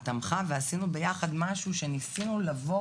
תמכה ועשינו ביחד משהו שניסינו לבוא